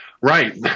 Right